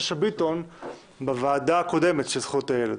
שאשא ביטון בוועדה הקודמת לזכויות הילד,